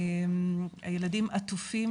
הילדים עטופים